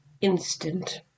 instant